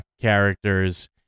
characters